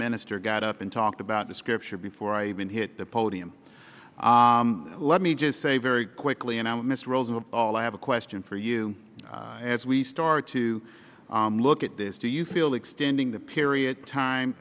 minister got up and talked about the scripture before i even hit the podium let me just say very quickly and i would miss rose and all i have a question for you as we start to look at this do you feel extending the period time